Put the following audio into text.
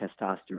testosterone